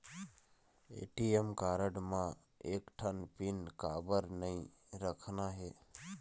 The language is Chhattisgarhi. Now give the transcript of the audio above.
ए.टी.एम कारड म एक ठन पिन काबर नई रखना हे?